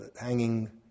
hanging